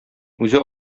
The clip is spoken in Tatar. үзе